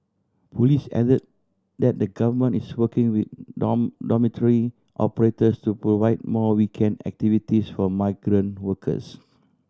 police added that the Government is working with dormitory operators to provide more weekend activities for migrant workers